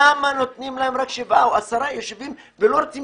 למה נותנים להם רק שבעה או עשרה יישובים ולא רוצים